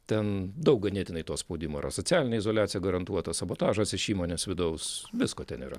ten daug ganėtinai to spaudimo yra socialinė izoliacija garantuotas sabotažas iš įmonės vidaus visko ten yra